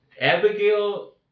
Abigail